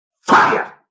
Fire